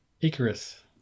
Icarus